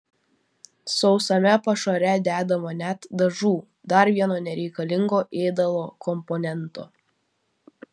sausame pašare dedama net dažų dar vieno nereikalingo ėdalo komponento